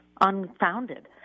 unfounded